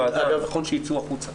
נכון שיצאו החוצה.